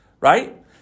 right